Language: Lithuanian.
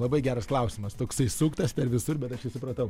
labai geras klausimas toksai suktas per visur bet aš jį supratau